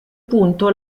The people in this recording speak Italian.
punto